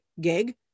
gig